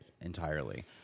entirely